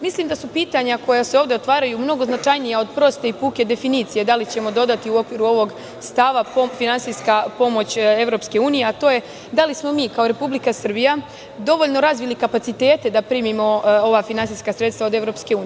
Mislim da su pitanja koja se ovde otvaraju mnogo značajnija od proste i puke definicije da li ćemo dodati u okviru ovog stava finansijska pomoć EU, a to je da li smo mi kao Republika Srbija dovoljno razvili kapaciteta da primimo ova finansijska sredstva od EU?